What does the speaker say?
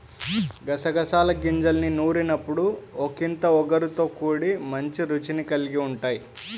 గసగసాల గింజల్ని నూరినప్పుడు ఒకింత ఒగరుతో కూడి మంచి రుచిని కల్గి ఉంటయ్